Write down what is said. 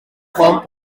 font